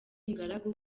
ingaragu